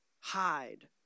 hide